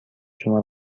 شما